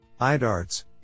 IDARTS